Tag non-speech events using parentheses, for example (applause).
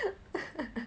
(laughs)